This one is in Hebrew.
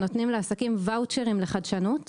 ונותנים לעסקים ואוצ'רים לחדשנות ושוב,